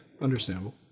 understandable